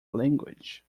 language